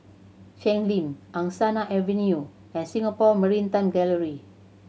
Cheng Lim Angsana Avenue and Singapore Maritime Gallery